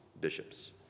bishops